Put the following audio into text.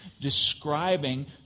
describing